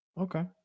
okay